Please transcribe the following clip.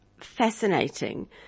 fascinating